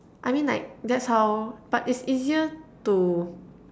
I mean like that's how but it's easier to